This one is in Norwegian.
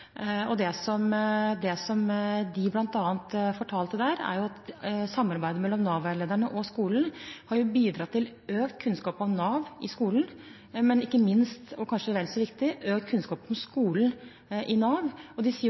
Det som de bl.a. fortalte der, er at samarbeidet mellom Nav-veilederne og skolen har bidratt til økt kunnskap om Nav i skolen, men ikke minst – og kanskje vel så viktig – økt kunnskap om skolen i Nav. De sier